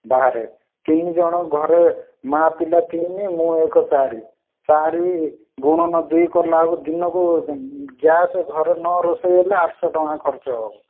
ବାହରେ ତିନିଜଣ ଘରେ ମା' ପିଲା ତିନି ମୁଁ ଏକ ଚାରି ଚାରି ଗୁଣନ ଦୁଇ କଲାବେଳକୁ ଦିନକୁ ଗ୍ୟାସ୍ ଘରେ ନ ରୋଷେଇ ହେଲେ ଆଠଶହ ଟଙ୍କା ଖର୍ଚ୍ଚ ହବ